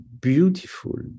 beautiful